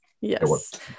yes